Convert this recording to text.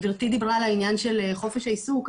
גברתי דיברה על העניין של חופש העיסוק,